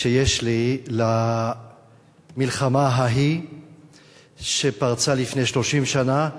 שיש לי למלחמה ההיא שפרצה לפני 30 שנה,